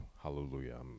Hallelujah